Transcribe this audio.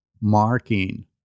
marking